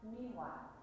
Meanwhile